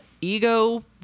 ego